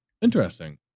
Interesting